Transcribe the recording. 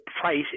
price